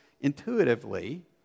intuitively